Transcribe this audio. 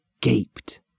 gaped